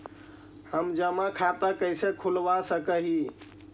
हम जमा खाता कैसे खुलवा सक ही?